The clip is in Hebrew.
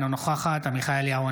אינה נוכחת עמיחי אליהו,